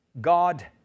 God